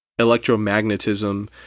electromagnetism